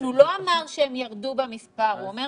הוא לא אמר שהם ירדו במספר, הוא אומר